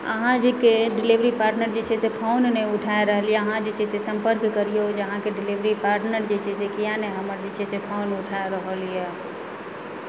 अहाँ जे के डीलिवरी पार्टनर जे छै से फोन नहि उठा रहल यऽ अहाँ जे छै से सम्पर्क करियौ जे अहाँकेँ डीलिवरी पार्ट्नर जे छै से किया नहि हमर जे छै से फोन उठा रहल यऽ